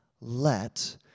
let